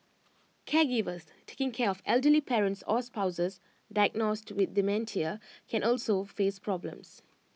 caregivers taking care of elderly parents or spouses diagnosed with dementia can also face problems